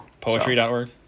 poetry.org